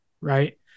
right